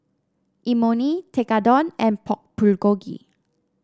Imoni Tekkadon and Pork Bulgogi